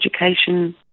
education